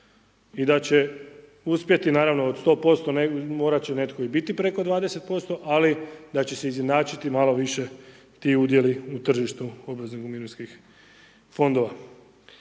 i da će uspjeti naravno od 100% morati će netko i biti preko 20% ali da će se izjednačiti malo više ti udjeli u tržištu obveznih mirovinskih fondova.